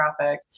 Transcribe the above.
traffic